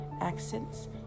accents